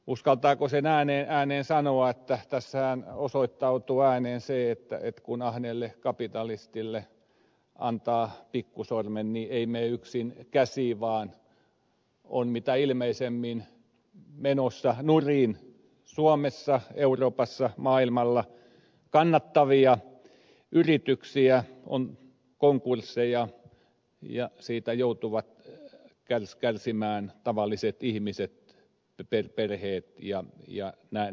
uskaltaako sen ääneen sanoa että tässähän osoittautuu todeksi se että kun ahneelle kapitalistille antaa pikkusormen niin ei mene yksin käsi vaan on mitä ilmeisimmin menossa nurin suomessa euroopassa maailmalla kannattavia yrityksiä on konkursseja ja tästä joutuvat kärsimään tavalliset ihmiset perheet ja näin